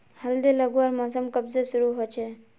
हल्दी लगवार मौसम कब से शुरू होचए?